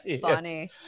funny